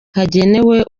hagenewe